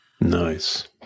Nice